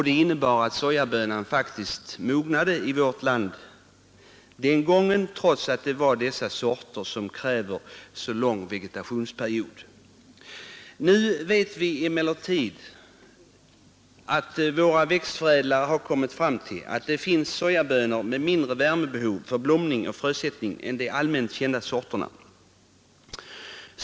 Det innebar att sojabönan faktiskt mognade i vårt land den gången, trots att det var sorter som kräver lång vegetationsperiod. Nu vet vi emellertid att våra växtförädlare har kommit fram till att det finns sojabönor med mindre värmebehov för blomning och frösättning än de allmänt kända sorterna.